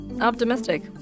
optimistic